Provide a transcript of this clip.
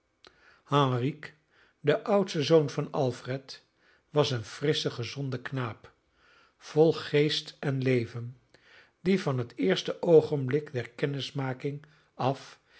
henrique de oudste zoon van alfred was een frissche gezonde knaap vol geest en leven die van het eerste oogenblik der kennismaking af